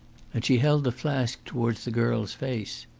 and she held the flask towards the girl's face.